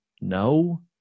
No